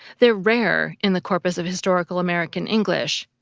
they're rare in the corpus of historical american english,